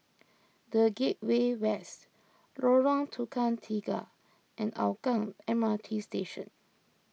the Gateway West Lorong Tukang Tiga and Hougang M R T Station